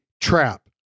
trap